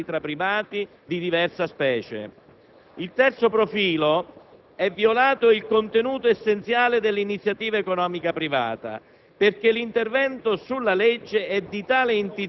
da cui sono discesi poi rapporti contrattuali tra privati di diversa specie. E veniamo ora al terzo profilo: è violato il contenuto essenziale dell'iniziativa economica privata,